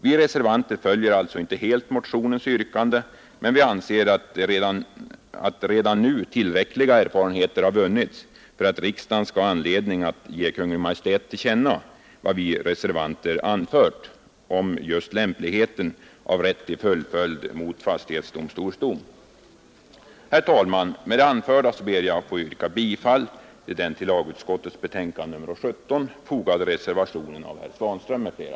Vi reservanter följer alltså inte helt motionens yrkande men vi anser att redan nu tillräckliga erfarenheter har vunnits för att riksdagen skall ha anledning att ge Kungl. Maj:t till känna vad vi reservanter anfört om just lämpligheten av rätt till fullföljd mot fastighetsdomstols dom. Herr talman! Med det anförda ber jag att få yrka bifall till den vid lagutskottets betänkande nr 17 fogade reservationen av herr Svanström m.fl.